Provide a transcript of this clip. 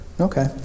Okay